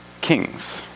kings